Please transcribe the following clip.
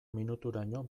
minuturaino